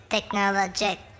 Technologic